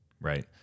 right